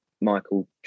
Michael